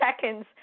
seconds